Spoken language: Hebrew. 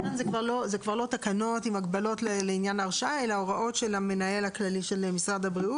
כאן יש הגבלה, אתם רוצים להסביר את זה?